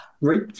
Right